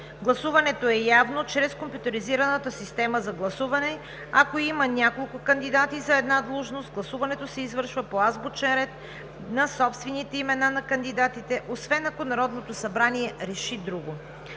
Гласуването е явно чрез компютризираната система за гласуване. Ако има няколко кандидати за една длъжност, гласуването се извършва по азбучен ред на собствените имена на кандидатите, освен ако Народното събрание реши друго.